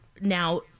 now